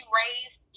raised